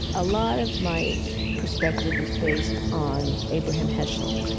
a lot of my perspective is based on abraham heschel.